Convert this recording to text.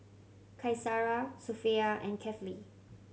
Qaisara Sofea and Kefli